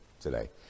today